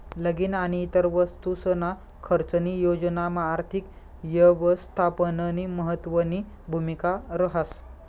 लगीन आणि इतर वस्तूसना खर्चनी योजनामा आर्थिक यवस्थापननी महत्वनी भूमिका रहास